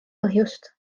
põhjust